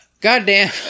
goddamn